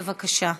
בבקשה.